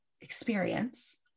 experience